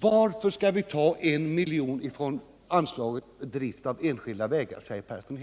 Varför skall vi ta en miljon från anslaget för drift av enskilda vägar? frågar Arne Persson.